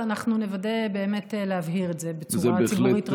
ואנחנו נוודא ונבהיר את זה בצורה ציבורית ראויה.